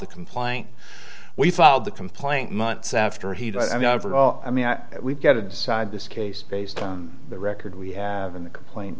the complaint we filed the complaint months after he died i know very well i mean we've got to decide this case based on the record we have in the complaint